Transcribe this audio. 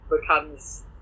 becomes